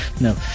no